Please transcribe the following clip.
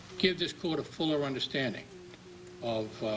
give this court a fuller understanding of